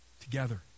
together